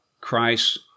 Christ